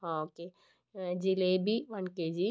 ആ okay jalebi one K G